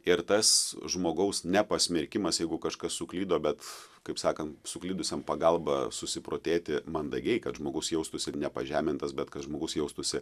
ir tas žmogaus nepasmerkimas jeigu kažkas suklydo bet kaip sakant suklydusiam pagalba susiprotėti mandagiai kad žmogus jaustųsi nepažemintas bet kad žmogus jaustųsi